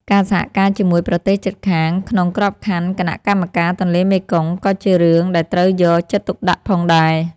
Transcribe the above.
ការសហការជាមួយប្រទេសជិតខាងក្នុងក្របខ័ណ្ឌគណៈកម្មការទន្លេមេគង្គក៏ជារឿងដែលត្រូវយកចិត្តទុកដាក់ផងដែរ។